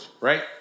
right